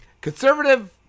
conservative